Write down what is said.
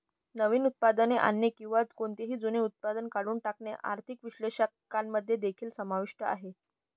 नवीन उत्पादने आणणे किंवा कोणतेही जुने उत्पादन काढून टाकणे आर्थिक विश्लेषकांमध्ये देखील समाविष्ट आहे